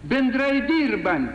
bendrai dirbant